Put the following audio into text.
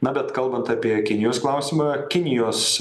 na bet kalbant apie kinijos klausimą kinijos